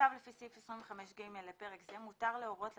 - בצו לפי סעיף 25ג לפרק זה מותר להורות למשטרה,